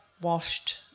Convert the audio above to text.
washed